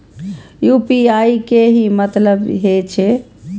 UPI के की मतलब हे छे?